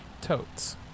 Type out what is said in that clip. Totes